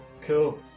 cool